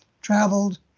traveled